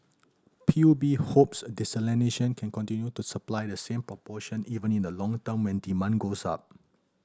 P U B hopes desalination can continue to supply the same proportion even in the long term when demand goes up